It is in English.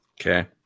okay